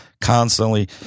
constantly